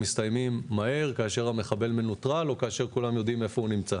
מסתיימים מהר כאשר המחבל מנוטרל או כאשר כולם יודעים איפה הוא נמצא.